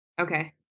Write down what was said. Okay